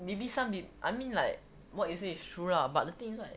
maybe some it I mean like what you say is true lah but the thing is right